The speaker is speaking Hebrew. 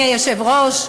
אדוני היושב-ראש,